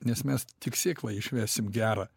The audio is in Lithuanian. nes mes tik sėklą išvesim gerą